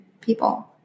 people